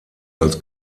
als